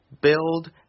Build